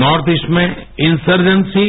north east में इंसजैसी